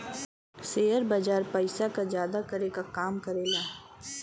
share बाजार पइसा क जादा करे क काम करेला